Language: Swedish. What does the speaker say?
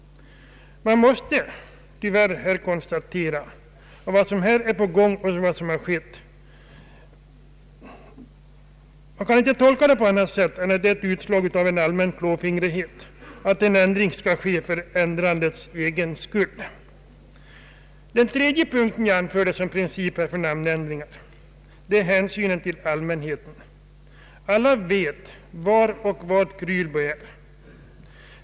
Jag måste tyvärr tolka vad som här är på gång och vad som skett som ett utslag av en allmän klåfingrighet och önskan att vilja göra en ändring för ändrandets egen skull. Den tredje punkten som jag anförde ovan såsom en princip för namnändringar är hänsynen till allmänheten. Alla vet var och vad Krylbo är.